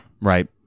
right